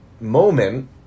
moment